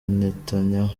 netanyahu